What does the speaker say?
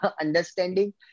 understanding